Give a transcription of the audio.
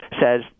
says